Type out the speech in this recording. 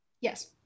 Yes